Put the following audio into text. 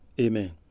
Amen